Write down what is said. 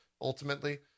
ultimately